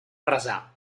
resar